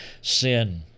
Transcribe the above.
sin